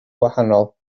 gwahanol